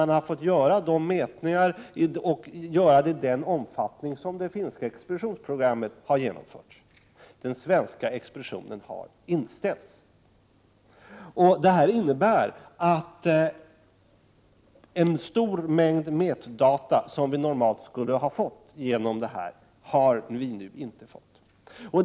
Man har fått göra mätningar av det slag och i den omfattning som det finska expeditionsprogrammet har tillåtit. Den svenska expeditionen har inställts. Det här innebär att en stor mängd mätdata som vi normalt skulle ha fått inte har kommit fram.